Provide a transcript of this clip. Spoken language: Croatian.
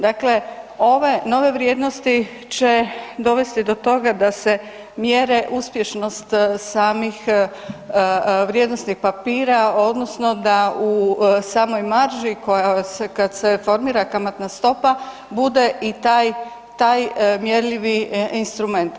Dakle ove nove vrijednosti će dovesti do toga se mjere uspješnost samih vrijednosnih papira odnosno da u samoj marži koja se kad se formira kamatna stopa bude i taj mjerljivi instrument.